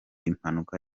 impanuka